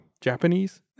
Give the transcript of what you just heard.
Japanese